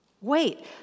Wait